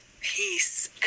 peace